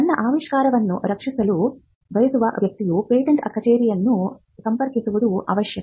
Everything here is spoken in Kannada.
ತನ್ನ ಆವಿಷ್ಕಾರವನ್ನು ರಕ್ಷಿಸಲು ಬಯಸುವ ವ್ಯಕ್ತಿಯು ಪೇಟೆಂಟ್ ಕಚೇರಿಯನ್ನು ಸಂಪರ್ಕಿಸುವುದು ಅವಶ್ಯಕ